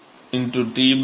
மாணவர் T மாணவர் ṁ Cp x